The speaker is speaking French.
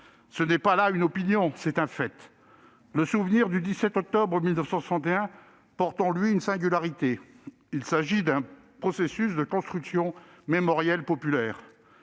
Ce n'est pas là une opinion : c'est un fait. Le souvenir du 17 octobre 1961 porte en lui une singularité. Il s'agit d'un processus de construction mémorielle populaire.